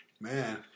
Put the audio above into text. Man